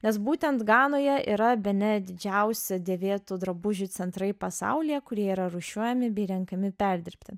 nes būtent ganoje yra bene didžiausi dėvėtų drabužių centrai pasaulyje kurie yra rūšiuojami bei renkami perdirbti